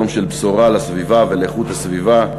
יום של בשורה לסביבה ולאיכות הסביבה,